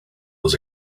was